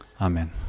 Amen